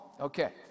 Okay